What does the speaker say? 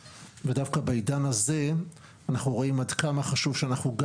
ודווקא בעידן הזה אנחנו רואים עד כמה חשוב שאנחנו גם